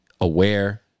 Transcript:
aware